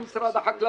עם משרד החקלאות,